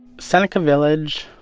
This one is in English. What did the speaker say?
seneca village,